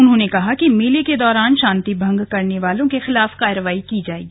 उन्होंने कहा कि मेले के दौरान शांति भंग करने वालों के खिलाफ कार्रवाई की जाएगी